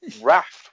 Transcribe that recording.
raft